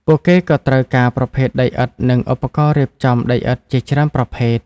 ពួកគេក៏ត្រូវការប្រភេទដីឥដ្ឋនិងឧបករណ៍រៀបចំដីឥដ្ឋជាច្រើនប្រភេទ។